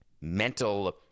mental